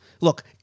look